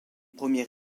premier